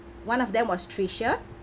one of them was trisha